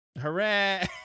Hooray